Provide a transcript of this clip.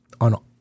on